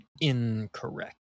incorrect